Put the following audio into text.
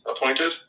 appointed